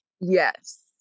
Yes